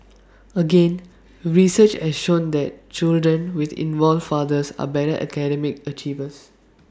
again research has shown that children with involved fathers are better academic achievers